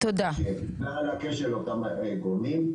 בגלל הכשל של אותם גורמים,